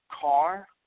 car